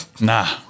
Nah